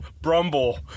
Brumble